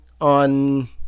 on